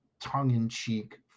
tongue-in-cheek